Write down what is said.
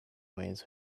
ways